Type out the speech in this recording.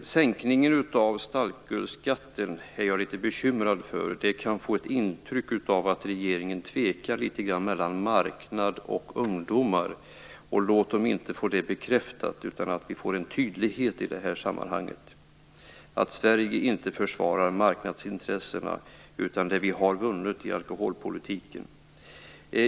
Sänkningen av starkölsskatten är jag litet bekymrad över. Det kan ge ett intryck av att regeringen tvekar mellan marknad och ungdomar. Låt oss inte få detta bekräftat. Vi måste få en tydlighet i det här sammanhanget: I Sverige försvarar vi inte marknadsintressena utan det vi har vunnit i alkoholpolitiken.